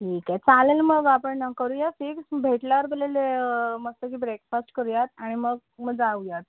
ठीक आहे चालेल मग आपण करूया फिक्स भेटल्यावर तुलेलेयं मस्तपैकी ब्रेकफास्ट करूयात आणि मग मग जाऊयात